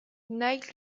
knight